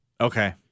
Okay